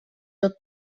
tot